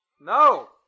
No